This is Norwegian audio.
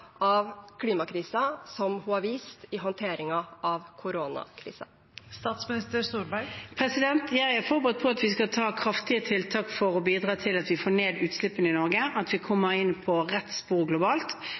av klimakrisen som hun har vist i håndteringen av koronakrisen? Jeg er forberedt på at vi skal gjøre kraftige tiltak for å bidra til at vi får ned utslippene i Norge, og at vi